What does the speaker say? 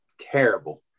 terrible